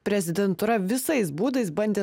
prezidentūra visais būdais bandė